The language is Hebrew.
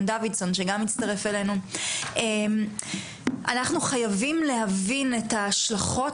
דוידסון שגם הצטרף אלינו - אנחנו חייבים להבין את ההשלכות